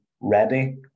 ready